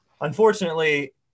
unfortunately